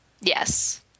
Yes